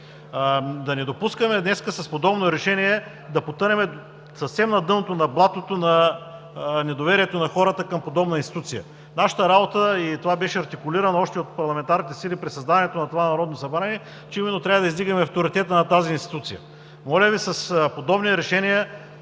Да не допускаме днес с подобно решение да потънем съвсем на дъното на блатото на недоверието на хората към подобна институция. Нашата работа е – и това беше артикулирано още от парламентарните сили при създаването на това Народно събрание – да издигаме авторитета на тази институция. Моля Ви с подобни решения